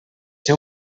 ser